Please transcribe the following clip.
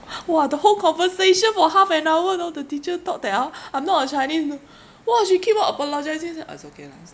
!wah! the whole conversation for half an hour you know the teacher thought that orh I'm not a chinese you know !wah! she keep on apologising I say it's okay lah it's